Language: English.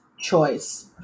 choice